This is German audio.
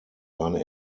seine